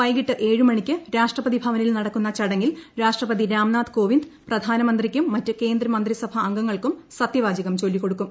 വൈകിട്ട് ഏഴുമണിക്ക് രാഷ്ട്രപതി ഭവനിൽ നടക്കുന്ന ചടങ്ങിൽ രാഷ്ട്രപതി രാംനാഥ് കോവിന്ദ് പ്രധാനമന്ത്രിയ്ക്കും മറ്റ് കേന്ദ്ര മന്ത്രിസഭാ അംഗങ്ങൾക്കും സത്യവാചകം ചൊല്ലിക്കൊടുക്കും